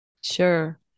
sure